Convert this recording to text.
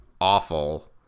awful